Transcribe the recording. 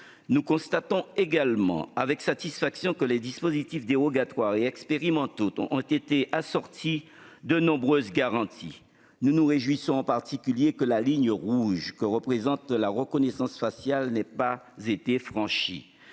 Nous constatons également avec satisfaction que les dispositifs dérogatoires et expérimentaux ont été assortis de nombreuses garanties. Nous nous réjouissons en particulier que la ligne rouge de la reconnaissance faciale n'ait pas été franchie.